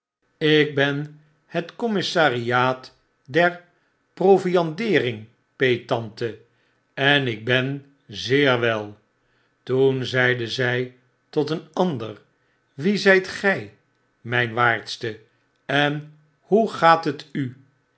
ik ben het oommissariaat der proviandeering peettante ik ben zeer wel toen zeide zy tot een ander wie z jjt gy myn waardste en hoe gaat het u